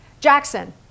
Jackson